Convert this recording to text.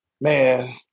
man